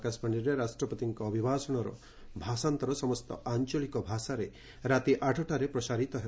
ଆକାଶବାଣୀରେ ରାଷ୍ଟ୍ରପତିଙ୍କ ଅଭିଭାଷଣର ଭାଷାନ୍ତର ସମସ୍ତ ଆଞ୍ଚଳିକ ଭାଷାରେ ରାତି ଆଠଟାରେ ପ୍ରସାରିତ ହେବ